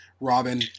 Robin